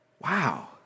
Wow